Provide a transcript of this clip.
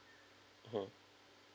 hmm